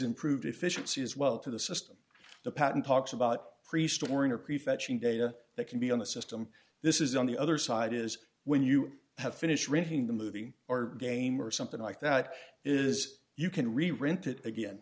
improved efficiency as well to the system the patent talks about priest or inner prefetching data that can be on the system this is on the other side is when you have finished reading the movie or game or something like that is you can rerented again